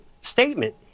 statement